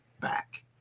back